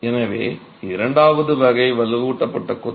எனவே இரண்டாவது வகை வலுவூட்டப்பட்ட கொத்து